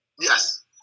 Yes